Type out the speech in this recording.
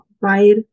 right